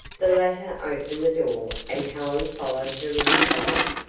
the latter opened the door and helen followed her inside.